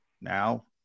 now